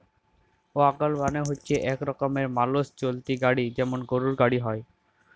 ওয়াগল মালে হচ্যে এক রকমের মালষ চালিত গাড়ি যেমল গরুর গাড়ি হ্যয়